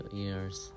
years